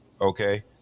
okay